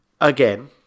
again